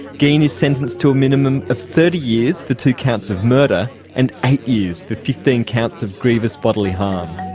geen is sentenced to a minimum of thirty years for two counts of murder and eight years for fifteen counts of grievous bodily harm.